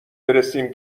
برسیم